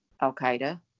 Al-Qaeda